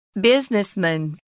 Businessman